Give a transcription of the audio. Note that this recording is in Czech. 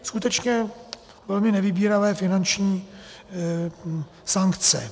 Skutečně velmi nevybíravé finanční sankce.